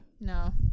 no